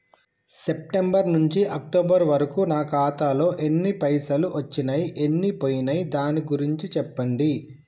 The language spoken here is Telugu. సెప్టెంబర్ నుంచి అక్టోబర్ వరకు నా ఖాతాలో ఎన్ని పైసలు వచ్చినయ్ ఎన్ని పోయినయ్ దాని గురించి చెప్పండి?